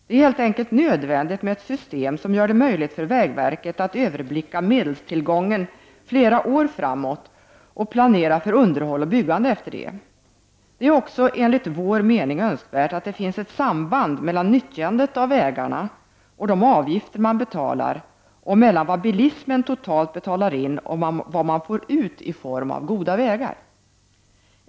Det är helt enkelt nödvändigt med ett system som gör det möjligt för vägverket att överblicka medelstillgången flera år framåt och utifrån detta planera för underhåll och byggande. Det är också enligt vår mening önskvärt att det finns ett samband mellan nyttjandet av vägarna och de avgifter man betalar samt mellan vad bilisterna totalt betalar in och vad de får ut i form av goda vägar.